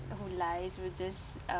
who lies will just uh